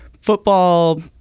football